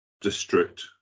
district